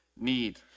need